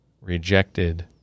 rejected